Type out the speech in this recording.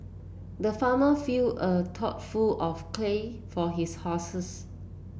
the farmer filled a trough full of hay for his horses